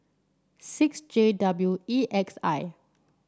six J W E X I